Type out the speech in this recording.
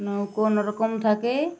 নৌকো কোন রকম থাকে